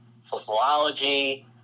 sociology